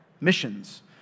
missions